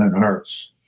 and arts.